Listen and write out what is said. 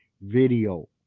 video